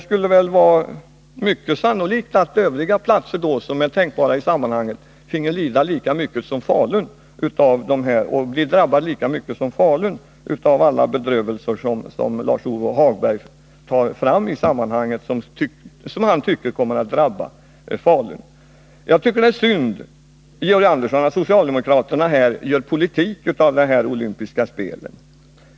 Övriga platser som är tänkbara i sammanhanget skulle väl få lida lika mycket och bli lika drabbade som Falun av alla bedrövelser som Lars-Ove Hagberg drar fram? Jag tycker att det är synd, Georg Andersson, att socialdemokraterna här gör politik av de olympiska spelen.